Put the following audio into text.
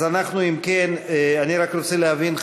אני רק רוצה להבין.